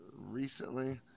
recently